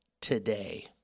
today